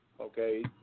okay